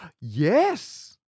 Yes